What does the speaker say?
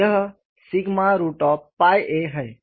यह a है